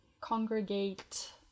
congregate